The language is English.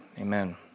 amen